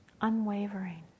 unwavering